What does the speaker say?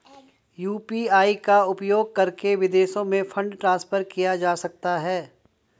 UPI का उपयोग करके विदेशों में फंड ट्रांसफर किया जा सकता है?